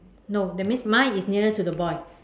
no that means mine is nearer to the boy